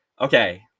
okay